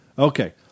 Okay